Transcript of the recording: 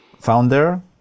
founder